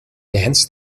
dance